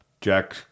Jack